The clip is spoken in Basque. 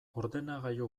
ordenagailu